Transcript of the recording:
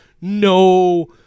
no